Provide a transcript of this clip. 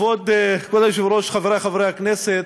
כבוד היושב-ראש, חברי חברי הכנסת,